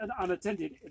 Unattended